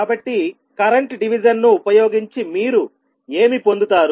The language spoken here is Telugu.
కాబట్టి మీరు కరెంట్ డివిజన్ ను ఉపయోగించి ఏమి పొందుతారు